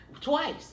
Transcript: twice